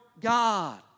God